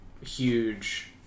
huge